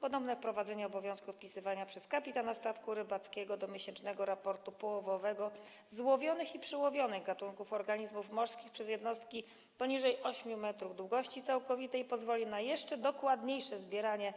Ponowne wprowadzenie obowiązku wpisywania przez kapitana statku rybackiego do miesięcznego raportu połowowego złowionych i przełowionych gatunków organizmów morskich przez jednostki poniżej 8 m długości całkowitej pozwoli na jeszcze dokładniejsze zbieranie